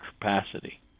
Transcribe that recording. capacity